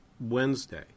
Wednesday